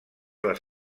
les